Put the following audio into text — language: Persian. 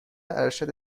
ارشد